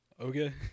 okay